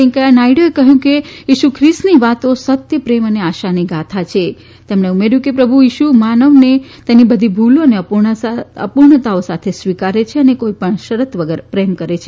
વેંકૈયા નાયડુએ કહ્યું કે ઇસુ ખ્રિસ્તની વાતો સત્ય પ્રેમ અને આશાની ગાથા છે અને ઉમેર્યું કે પ્રભુ ઇશુ માનવને તેની બધી ભૂલો અને સપૂર્ણતાઓ સાથે સ્વીકારે છે અને કોઈપણ શરત વગર પ્રેમ કરે છે